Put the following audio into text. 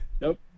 nope